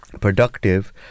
productive